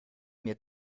mir